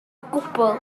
gwbl